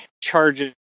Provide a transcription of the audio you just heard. charges